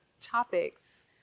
Topics